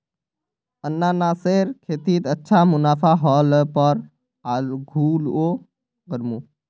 अनन्नासेर खेतीत अच्छा मुनाफा ह ल पर आघुओ करमु